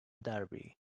derby